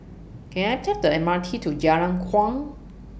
Can I Take The M R T to Jalan Kuang